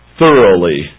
thoroughly